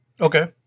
Okay